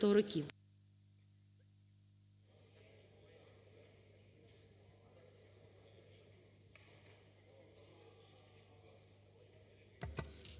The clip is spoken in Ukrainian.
Дякую.